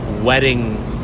wedding